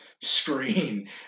screen